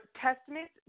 Testament